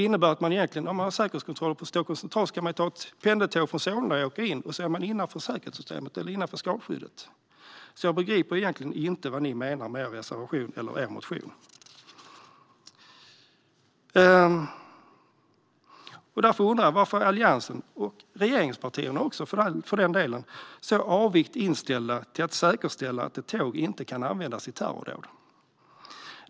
Har man säkerhetskontroller på Stockholms central kan man alltså ta pendeltåget från Solna och åka in, och så är man innanför skalskyddet. Jag begriper inte vad ni menar med er reservation. Jag undrar varför Alliansen och regeringspartierna också, för den delen, är så avigt inställda till att säkerställa att ett tåg inte kan användas i terrordåd.